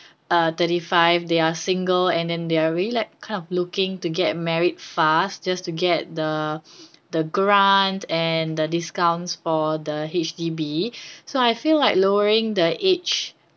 uh thirty five they are single and then they are really like kind of looking to get married fast just to get the the grant and the discounts for the H_D_B so I feel like lowering the age